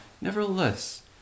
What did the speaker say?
Nevertheless